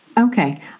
Okay